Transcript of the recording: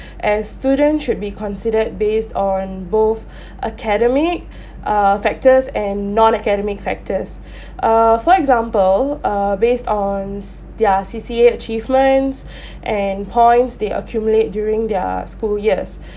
and student should be considered based on both academic uh factors and non academic factors uh for example uh based on s~ their C_C_A achievements and points they accumulate during their school years